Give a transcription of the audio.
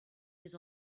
des